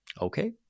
Okay